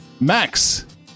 Max